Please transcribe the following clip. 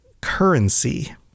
currency